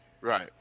Right